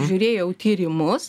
žiūrėjau tyrimus